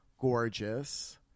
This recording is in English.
gorgeous